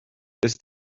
ist